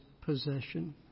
possession